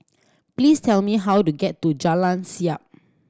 please tell me how to get to Jalan Siap